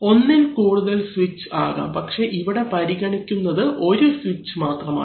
ഒന്നിൽ കൂടുതൽ സ്വിച്ച് ആകാം പക്ഷേ ഇവിടെ പരിഗണിക്കുന്നത് ഒരു സ്വിച്ച് മാത്രമാണ്